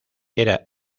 era